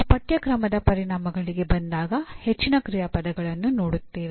ನಾವು ಪಠ್ಯಕ್ರಮದ ಪರಿಣಾಮಗಳಿಗೆ ಬಂದಾಗ ಹೆಚ್ಚಿನ ಕ್ರಿಯಾಪದಗಳನ್ನು ನೋಡುತ್ತೇವೆ